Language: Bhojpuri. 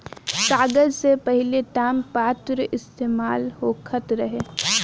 कागज से पहिले तामपत्र इस्तेमाल होखत रहे